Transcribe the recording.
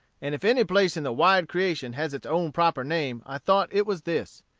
and if any place in the wide creation has its own proper name i thought it was this.